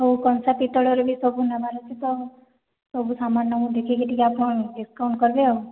ହଉ କଂସା ପିତଳର ବି ସବୁ ନବାର ଅଛି ତ ସବୁ ସାମାନ୍ ନମୁ ଦେଖିକି ଟିକେ ଆପଣ ଡ଼ିସକାଉଣ୍ଟ୍ କର୍ବେ ଆଉ